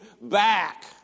back